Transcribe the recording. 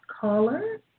caller